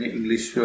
English